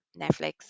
Netflix